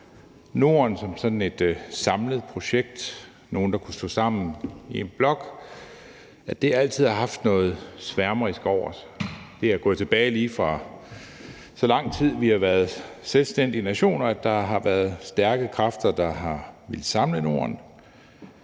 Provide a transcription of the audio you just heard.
Norden som sådan et samlet projekt, nogle, der kunne stå sammen i en blok, altid har haft noget sværmerisk over sig. I lige så lang tid som vi har været selvstændige nationer, har der været stærke kræfter, der har villet samle Norden,